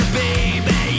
baby